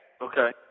Okay